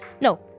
No